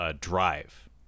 Drive